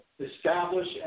establish